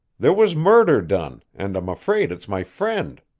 there was murder done, and i'm afraid it's my friend.